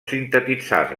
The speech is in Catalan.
sintetitzar